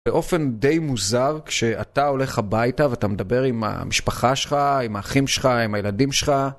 באופן די מוזר כשאתה הולך הביתה ואתה מדבר עם המשפחה שלך, עם האחים שלך, עם הילדים שלך.